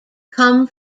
come